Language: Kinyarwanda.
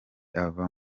ava